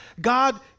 God